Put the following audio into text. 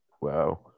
Wow